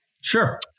sure